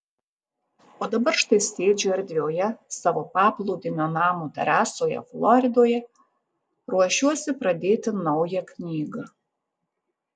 o dabar štai sėdžiu erdvioje savo paplūdimio namo terasoje floridoje ruošiuosi pradėti naują knygą